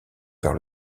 vers